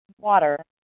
water